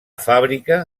fàbrica